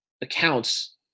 accounts